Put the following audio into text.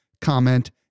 comment